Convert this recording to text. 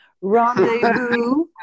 Rendezvous